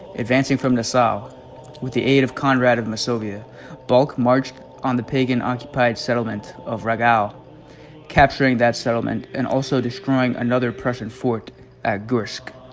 advancing from nassau with the aid of konrad of masovia bulk marched on the pagan occupied settlement of regiao capturing that settlement and also destroying another present fort at gursky